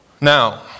Now